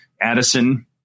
Addison